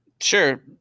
Sure